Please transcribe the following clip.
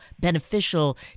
beneficial